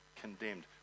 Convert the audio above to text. condemned